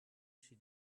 she